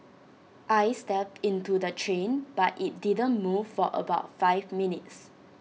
I stepped into the train but IT didn't move for about five minutes